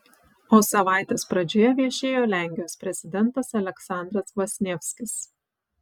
o savaitės pradžioje viešėjo lenkijos prezidentas aleksandras kvasnievskis